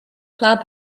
club